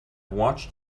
watched